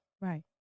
Right